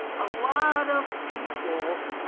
a lot of people